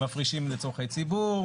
מפרידים לצרכי ציבור,